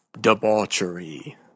debauchery